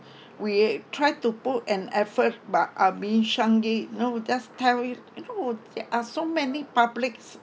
we try to put an effort but I mean shun it you know just tell it there are so many publics